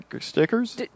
Stickers